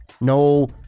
No